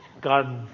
God